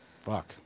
fuck